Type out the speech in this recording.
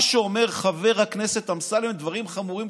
מה שאומר חבר הכנסת אמסלם הם דברים חמורים,